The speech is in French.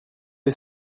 les